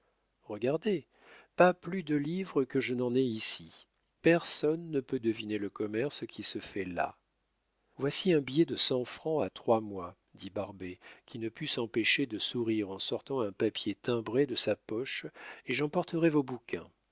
regardez pas plus de livres que je n'en ai ici personne ne peut deviner le commerce qui se fait là voici un billet de cent francs à trois mois dit barbet qui ne put s'empêcher de sourire en sortant un papier timbré de sa poche et j'emporterai vos bouquins